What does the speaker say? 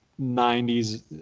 90s